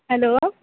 hello